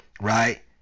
Right